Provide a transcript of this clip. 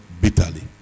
bitterly